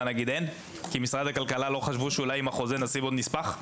נגיד שאין כי משרד הכלכלה לא חשבו שאולי עם החוזה נשים עוד נספח?